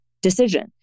decision